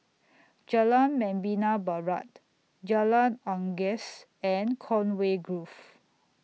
Jalan Membina Barat Jalan Unggas and Conway Grove